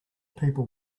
people